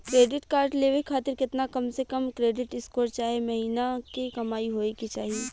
Credit card लेवे खातिर केतना कम से कम क्रेडिट स्कोर चाहे महीना के कमाई होए के चाही?